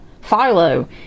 Philo